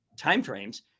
timeframes